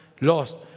lost